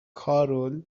کارول